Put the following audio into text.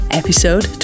episode